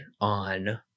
on